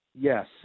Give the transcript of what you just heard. Yes